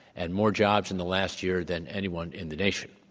and more jobs in the last year than anyone in the nation.